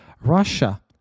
Russia